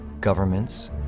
governments